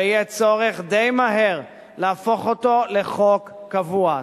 ויהיה צורך די מהר להפוך אותו לחוק קבוע.